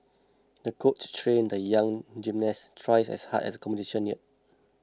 the coach trained the young gymnast twice as hard as competition neared